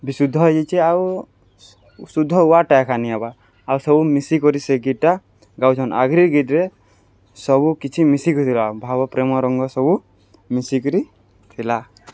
ବିଶୁଦ୍ଧ ହେଇଯାଇଚେ ଆଉ ଶୁଦ୍ଧ ୱାର୍ଡ୍ଟା ଏଖା ନିି ଆଏବା ଆଉ ସବୁ ମିଶିକରି ସେ ଗିତ୍ଟା ଗାଉଛନ୍ ଆଗ୍ରିର୍ ଗୀତ୍ରେ ସବୁ କିଛି ମିଶିକିଥିଲା ଭାବ ପ୍ରେମ ରଙ୍ଗ ସବୁ ମିଶିକିରି ଥିଲା